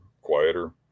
quieter